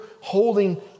holding